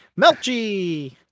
Melchi